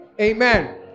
Amen